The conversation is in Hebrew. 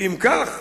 אם כך,